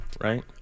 right